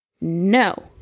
No